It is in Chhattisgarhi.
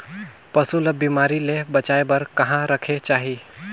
पशु ला बिमारी ले बचाय बार कहा रखे चाही?